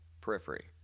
periphery